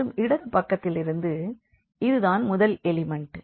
மற்றும் இடது பக்கத்திலிருந்து இதுதான் முதல் எலிமண்ட்